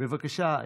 בבקשה,